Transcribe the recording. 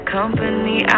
company